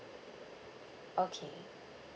okay